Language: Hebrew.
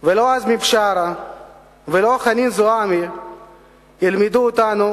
לא עזמי בשארה ולא חנין זועבי ילמדו אותנו